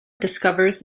discovers